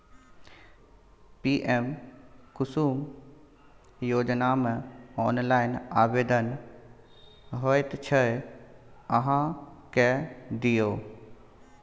PM Kusum योजनामे online आवेदन होइत छै अहाँ कए दियौ